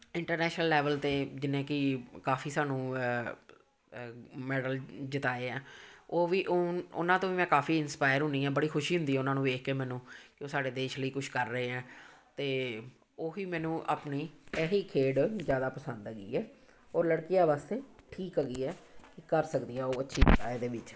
international level 'ਤੇ ਜਿਹਨੇ ਕਿ ਕਾਫੀ ਸਾਨੂੰ ਅ ਮੈਡਲ ਜਿਤਾਏ ਆ ਉਹ ਵੀ ਉਹਨਾਂ ਤੋਂ ਵੀ ਮੈਂ ਕਾਫੀ ਇੰਸਪਾਇਰ ਹੁੰਦੀ ਹਾਂ ਬੜੀ ਖੁਸ਼ੀ ਹੁੰਦੀ ਹੈ ਉਹਨਾਂ ਨੂੰ ਦੇਖ ਕੇ ਮੈਨੂੰ ਕਿ ਉਹ ਸਾਡੇ ਦੇਸ਼ ਲਈ ਕੁਝ ਕਰ ਰਹੇ ਆ ਅਤੇ ਉਹੀ ਮੈਨੂੰ ਆਪਣੀ ਇਹੀ ਖੇਡ ਜ਼ਿਆਦਾ ਪਸੰਦ ਹੈਗੀ ਹੈ ਔਰ ਲੜਕੀਆਂ ਵਾਸਤੇ ਠੀਕ ਹੈਗੀ ਹੈ ਕਰ ਸਕਦੀਆਂ ਉਹ ਅੱਛੀ ਇਹਦੇ ਵਿੱਚ